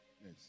Yes